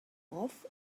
off